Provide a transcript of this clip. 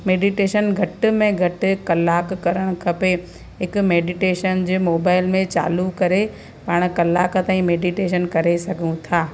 meditation घट में घटि कलाकु करणु खपे हिकु मेडीटेशन जे मोबाइल में चालू करे पाण कलाक ताईं मेडीटेशन करे सघूं था